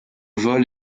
vol